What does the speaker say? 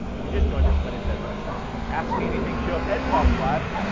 if you just joined us, my name is ed rush. this is the ask me anything show of ed talks live.